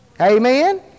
Amen